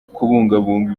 kubungabunga